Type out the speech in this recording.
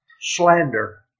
slander